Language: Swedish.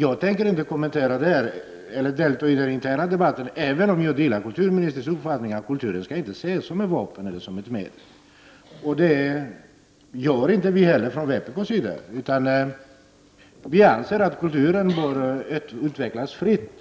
Jag skall inte delta i den socialdemokratiska interna debatten, även om jag delar kulturministerns uppfattning att kulturen inte skall ses som ett vapen eller ett medel. Det gör heller inte vi i vpk. Vi anser att kulturen bör utvecklas fritt.